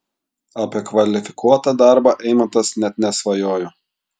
apie kvalifikuotą darbą eimantas net nesvajojo